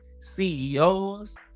CEOs